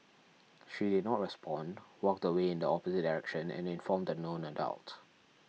she did not respond walked away in the opposite direction and informed a known adult